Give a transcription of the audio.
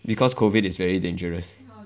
because COVID is very dangerous